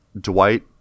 Dwight